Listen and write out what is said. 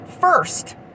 first